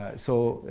ah so,